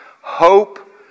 hope